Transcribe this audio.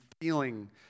feeling